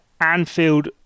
Anfield